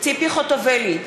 ציפי חוטובלי,